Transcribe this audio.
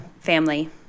family